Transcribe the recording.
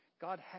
God